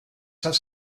das